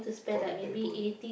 for the backbone